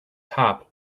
top